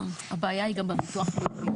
נכון, הבעיה היא גם בביטוח הלאומי.